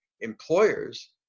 employers